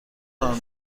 کار